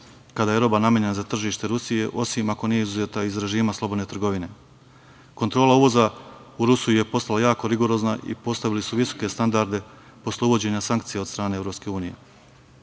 kada je roba namenjena za tržište Rusije, osim ako nije izuzeta iz režima slobodne trgovine. Kontrola uvoza u Rusiju je postala jako rigorozna i postavili su visoke standarde posle uvođenja sankcija od strane EU.